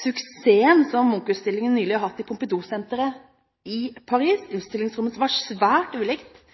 suksessen som Munch-utstillingen nylig har hatt i Pompidou-senteret i Paris. Utstillingsrommet var svært